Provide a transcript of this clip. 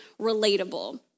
relatable